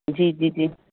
जी जी जी